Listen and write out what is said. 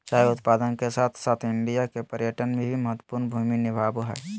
चाय उत्पादन के साथ साथ इंडिया के पर्यटन में भी महत्वपूर्ण भूमि निभाबय हइ